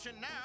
now